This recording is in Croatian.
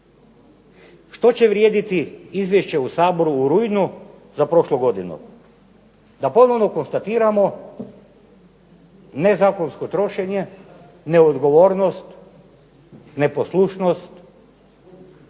što će vrijediti izvješće u Saboru u rujnu za prošlu godinu? Da ponovno konstatiramo nezakonsko trošenje, neodgovornost, neposlušnost,